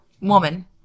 woman